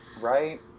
right